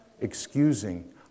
excusing